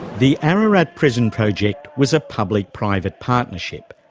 the ararat prison project was a public-private partnership,